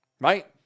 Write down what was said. Right